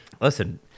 Listen